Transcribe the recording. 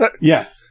Yes